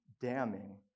damning